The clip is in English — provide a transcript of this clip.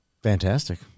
fantastic